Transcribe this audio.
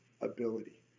ability